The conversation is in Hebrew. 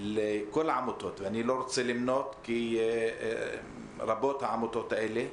לכל העמותות ואני לא רוצה למנות כי רבות העמותות האלה,